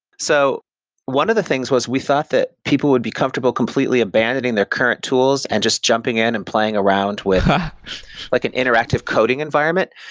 so one of the things was we thought that people would be comfortable completely abandoning their current tools and just jumping in and playing around with like an interactive coding environment.